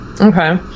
Okay